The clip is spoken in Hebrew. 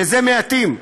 וזה מעטים,